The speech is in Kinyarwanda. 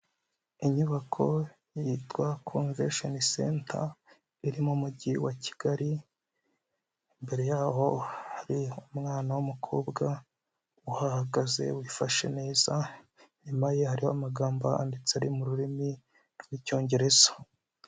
Inyubako yitwa Convention Center iri mu mujyi wa Kigali, imbere yaho hari umwana w'umukobwa uhahagaze wifashe neza, inyuma ye hariho amagambo ahanditse ari mu rurimi rw'Icyongereza.